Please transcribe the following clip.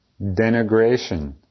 denigration